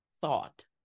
thought